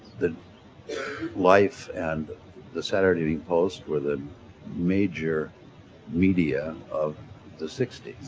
the life and the saturday evening post were the major media of the sixty